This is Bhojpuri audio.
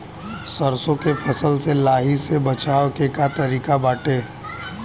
सरसो के फसल से लाही से बचाव के का तरीका बाटे?